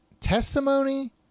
testimony